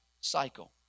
cycle